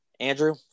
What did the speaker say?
Andrew